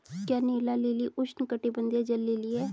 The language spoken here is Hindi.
क्या नीला लिली उष्णकटिबंधीय जल लिली है?